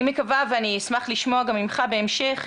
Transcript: אני מקווה ואני אשמח לשמוע ממך גם בהמשך,